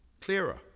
clearer